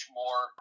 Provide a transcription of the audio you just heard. more